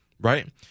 right